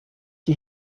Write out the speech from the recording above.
die